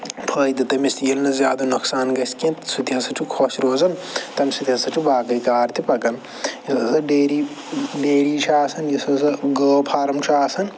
فٲیدٕ تٔمِس تہٕ ییٚلہِ نہٕ زیادٕ نۄقصان گَژھِ کیٚنٛہہ سُہ تہِ ہسا چھُ خوش روزان تَمہِ سۭتۍ ہَسا چھُ باقٕے کار تہِ پکان یہِ ڈیری ڈیری چھِ آسان یُس ہَسا گٲو فارَم چھُ آسان